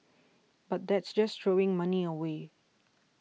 but that's just throwing money away